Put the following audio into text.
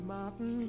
Martin